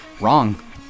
wrong